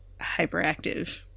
hyperactive